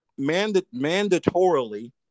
mandatorily